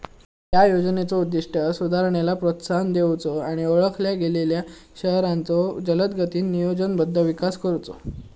या योजनेचो उद्दिष्ट सुधारणेला प्रोत्साहन देऊचो आणि ओळखल्या गेलेल्यो शहरांचो जलदगतीने नियोजनबद्ध विकास करुचो